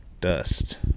dust